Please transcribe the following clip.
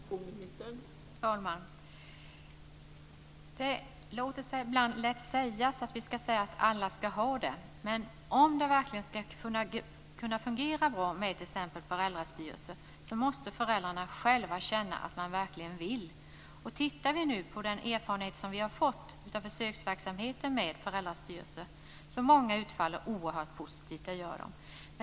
Fru talman! Det låter sig ibland lätt sägas att alla ska ha den möjligheten. Men om det verkligen ska kunna fungera bra med t.ex. föräldrastyrelser, måste föräldrarna själva känna att de verkligen vill delta. Många av de erfarenheter som vi har fått av försöksverksamheten med föräldrastyrelser utfaller positivt.